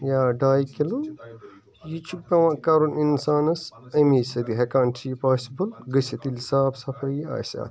یا ڈآے کِلوٗ یہِ چھُ پیٚوان کَرُن اِنسانَس اَمے سۭتۍ ہیٚکان چھُ یہِ پاسِبٕل گٔژِھتھ ییٚلہِ صاف صَفٲیی آسہِ اَتھ